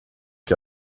que